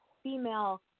female